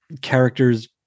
characters